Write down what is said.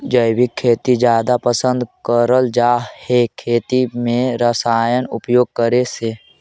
जैविक खेती जादा पसंद करल जा हे खेती में रसायन उपयोग करे से